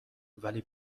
ولی